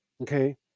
Okay